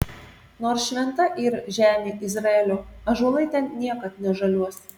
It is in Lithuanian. nors šventa yr žemė izraelio ąžuolai ten niekad nežaliuos